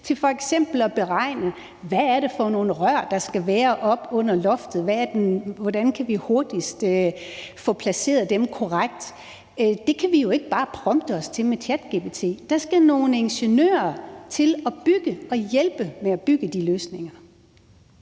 til f.eks. at beregne, hvad det er for nogle rør, der skal være oppe under loftet, og hvordan vi hurtigst kan få placeret dem korrekt. Det kan vi jo ikke bare prompte os til med ChatGPT. Der skal nogle ingeniører til at bygge og hjælpe med at bygge de løsninger.